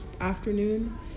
afternoon